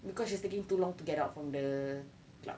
because she's taking too long to get out from the club